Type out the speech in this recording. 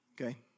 Okay